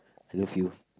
I love you